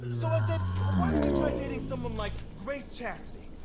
so i said why don't you try dating someone like grace chastity?